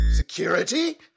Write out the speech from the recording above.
Security